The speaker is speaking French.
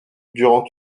durant